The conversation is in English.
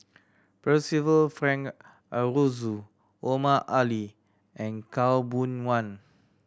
Percival Frank Aroozoo Omar Ali and Khaw Boon Wan